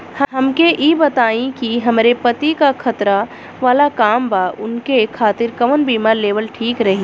हमके ई बताईं कि हमरे पति क खतरा वाला काम बा ऊनके खातिर कवन बीमा लेवल ठीक रही?